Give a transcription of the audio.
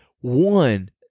One